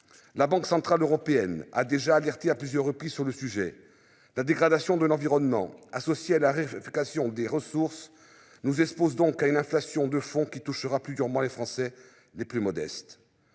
La Banque centrale européenne a déjà averti à plusieurs reprises sur le sujet. La dégradation de l'environnement, associé à l'arrêt, vérification des ressources nous expose donc à une inflation de fond qui touchera plus durement les Français les plus modestes.